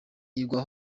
igwa